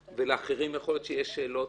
ולאחרים יכול להיות שיש שאלות.